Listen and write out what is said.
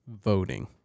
voting